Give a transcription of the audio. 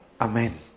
Amen